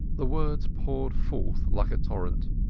the words poured forth like a torrent,